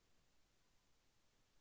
అసలు నా ఋణం ఎంతవుంది బ్యాంక్లో?